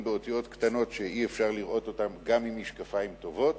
באותיות קטנות שאי-אפשר לראות אותן גם עם משקפיים טובים,